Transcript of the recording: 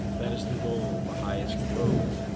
that is the goal, the highest road.